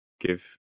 give